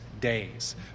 days